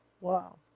Wow